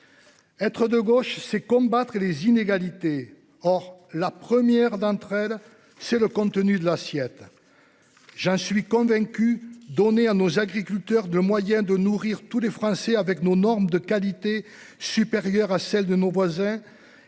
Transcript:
Être de gauche, c'est combattre les inégalités. Or, la première d'entre elles c'est le contenu de l'assiette. J'en suis convaincu, donner à nos agriculteurs de moyen de nourrir tous les Français avec nos normes de qualité supérieure à celle de nos voisins